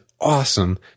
awesome